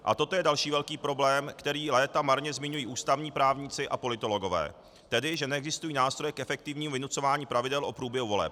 A toto je další velký problém, který léta marně zmiňují ústavní právníci a politologové, tedy že neexistují nástroje k efektivnímu vynucování pravidel o průběhu voleb.